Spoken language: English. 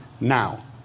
now